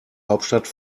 hauptstadt